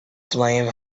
flame